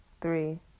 three